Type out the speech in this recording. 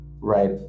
right